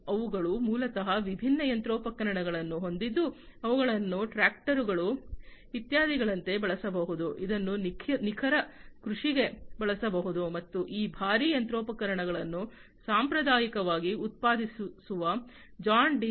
ಅವುಗಳು ಮೂಲತಃ ವಿಭಿನ್ನ ಯಂತ್ರೋಪಕರಣಗಳನ್ನು ಹೊಂದಿದ್ದು ಅವುಗಳನ್ನು ಟ್ರಾಕ್ಟರುಗಳು ಇತ್ಯಾದಿಗಳಂತೆ ಬಳಸಬಹುದು ಇದನ್ನು ನಿಖರ ಕೃಷಿಗೆ ಬಳಸಬಹುದು ಮತ್ತು ಈ ಭಾರೀ ಯಂತ್ರೋಪಕರಣಗಳನ್ನು ಸಾಂಪ್ರದಾಯಿಕವಾಗಿ ಉತ್ಪಾದಿಸುವ ಜಾನ್ ಡೀರೆ